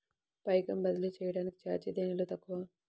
పైకం బదిలీ చెయ్యటానికి చార్జీ దేనిలో తక్కువ?